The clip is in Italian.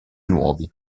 nuovi